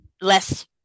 less